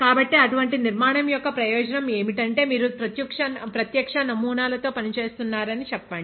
కాబట్టి అటువంటి నిర్మాణం యొక్క ప్రయోజనం ఏమిటంటే మీరు ప్రత్యక్ష నమూనాలతో పనిచేస్తున్నారని చెప్పండి